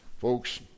Folks